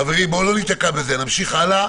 חברים, בואו לא ניתקע בזה, נמשיך הלאה.